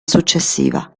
successiva